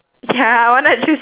ya I wannna choose